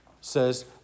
says